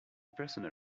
personal